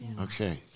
Okay